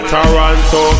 Toronto